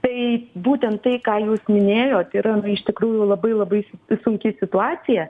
tai būtent tai ką jūs minėjot yra iš tikrųjų labai labai sunki situacija